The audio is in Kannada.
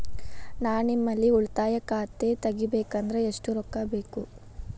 ನಾ ನಿಮ್ಮಲ್ಲಿ ಉಳಿತಾಯ ಖಾತೆ ತೆಗಿಬೇಕಂದ್ರ ಎಷ್ಟು ರೊಕ್ಕ ಬೇಕು?